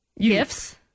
Gifts